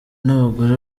n’abagore